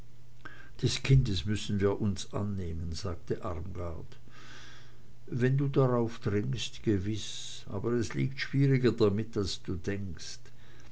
des kindes müssen wir uns annehmen sagte armgard wenn du darauf dringst gewiß aber es liegt schwieriger damit als du denkst